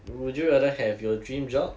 would you rather have your dream job